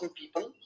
people